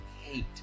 hate